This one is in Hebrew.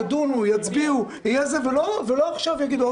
ידונו ויצביעו ולא יגידו,